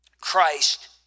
Christ